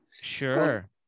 sure